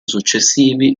successivi